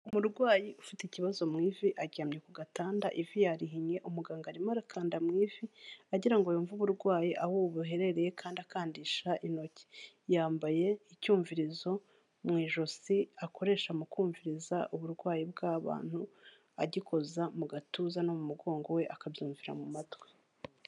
Umurwayi ufite ikibazo mu ivi aryamye ku gatanda ivi yarihinye, umuganga arimo arakanda mu ivi agira ngo yumve uburwayi aho buherereye kandi akandisha intoki. Yambaye icyumvirizo mu ijosi akoresha mu kumviriza uburwayi bw'abantu agikoza mu gatuza no mu mugongo we akabyumvira mu matwi.